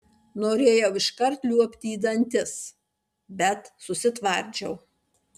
norėjau iškart liuobti į dantis bet susitvardžiau